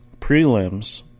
Prelims